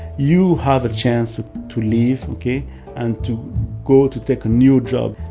you have a chance ah to leave, ok, and to go to take a new job.